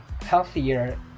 healthier